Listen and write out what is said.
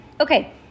Okay